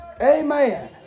Amen